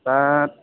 दा